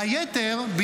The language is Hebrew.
והיתר,